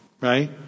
right